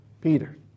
Peter